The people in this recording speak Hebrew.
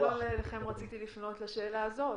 לכן לא אליכם רציתי לפנות בשאלה הזו,